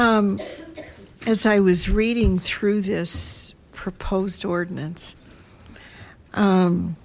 as i was reading through this proposed ordinance